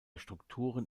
strukturen